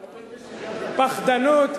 שזה עובד בשיטת, פחדנות,